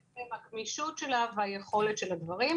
בעצם הגמישות שלה והיכולת של הדברים.